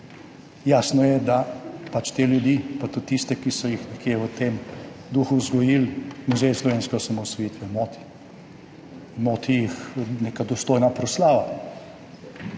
Jasno je, da pač te ljudi, pa tudi tiste, ki so jih v tem duhu vzgojili, Muzej slovenske osamosvojitve moti. Moti jih neka dostojna proslava